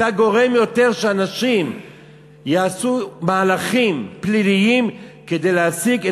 אתה גורם יותר לכך שאנשים יעשו מהלכים פליליים כדי להשיג את